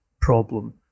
problem